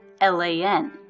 L-A-N